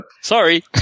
Sorry